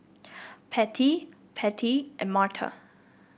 Patty Pete and Marta